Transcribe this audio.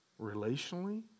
relationally